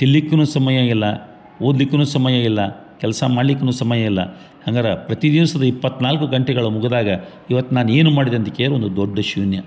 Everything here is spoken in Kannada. ತಿನ್ನಲ್ಲಿಕ್ಕೂ ಸಮಯ ಇಲ್ಲ ಓದ್ಲಿಕ್ಕೂ ಸಮಯ ಇಲ್ಲ ಕೆಲಸ ಮಾಡ್ಲಿಕ್ಕೂ ಸಮಯ ಇಲ್ಲ ಹಂಗರ ಪ್ರತಿ ದಿವಸದ ಇಪ್ಪತ್ನಾಲ್ಕು ಗಂಟೆಗಳು ಮುಗ್ದಾಗ ಇವತ್ತು ನಾನು ಏನು ಮಾಡಿದೆ ಅಂತ ಕೇಳಿದ್ರೆ ಒಂದು ದೊಡ್ಡ ಶೂನ್ಯ